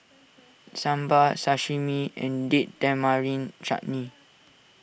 Sambar Sashimi and Date Tamarind Chutney